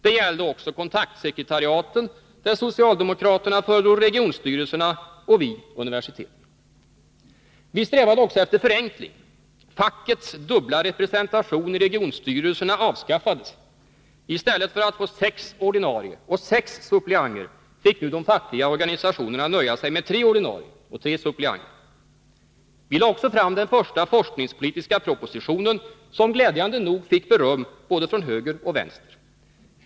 Det gällde också kontaktsekretariaten, där socialdemokraterna föredrog regionstyrelserna och vi universitetsstyrelserna. Vi strävade också efter förenkling. Fackets dubbla representation i regionstyrelsen avskaffades. I stället för att få sex ordinarie och sex suppleanter fick nu de fackliga organisationerna nöja sig med tre ordinarie och tre suppleanter. Vi lade också fram den första forskningspolitiska propositionen, som glädjande nog fick beröm från både höger och vänster.